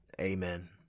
Amen